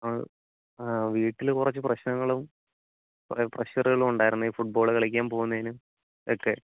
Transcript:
ആ വീട്ടിൽ കുറച്ച് പ്രശ്നങ്ങളും കുറേ പ്രഷറുകളും ഉണ്ടായിരുന്നെ ഈ ഫുട്ബോള് കളിക്കാൻ പോകുന്നതിന് ഒക്കെ